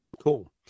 Cool